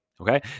okay